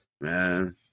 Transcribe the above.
man